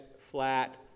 flat